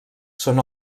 són